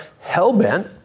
hell-bent